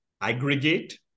aggregate